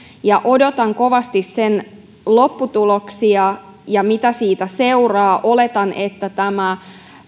odotan kovasti sen lopputuloksia ja sitä mitä siitä seuraa oletan että tämä